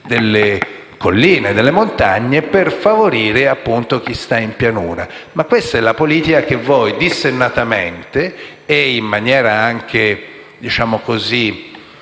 delle colline e delle montagne per favorire chi sta in pianura e questa è la politica che voi, dissennatamente e in maniera anche funzionale